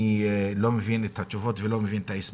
אני לא מבין את התשובות וההסברים.